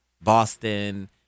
Boston